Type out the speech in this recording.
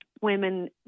women